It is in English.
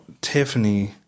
Tiffany